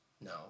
No